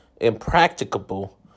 impracticable